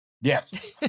yes